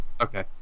okay